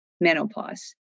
menopause